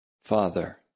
Father